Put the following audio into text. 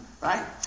right